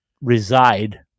reside